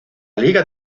liga